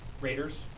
Raiders